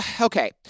okay